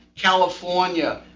california.